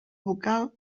vocal